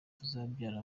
tuzabyara